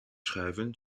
schuiven